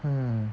hmm